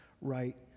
right